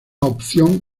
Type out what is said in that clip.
opción